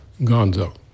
Gonzo